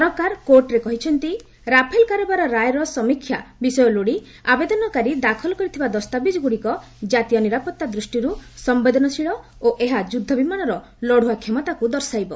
ସରକାର କୋର୍ଟରେ କହିଛନ୍ତି ରାଫେଲ କାରବାର ରାୟର ସମୀକ୍ଷା ବିଷୟ ଲୋଡି ଆବେଦନକାରୀ ଦାଖଲ କରିଥିବା ଦସ୍ତାବିଜ୍ଗୁଡିକ କାତୀୟ ନିରାପତ୍ତା ଦୃଷ୍ଟିରୁ ସମ୍ଭେଦନଶୀଳ ଓ ଏହା ଯୁଦ୍ଧବିମାନର ଲଢୁଆ କ୍ଷମତାକୁ ଦର୍ଶାଇବ